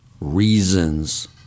reasons